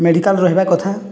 medical ରହିବା କଥା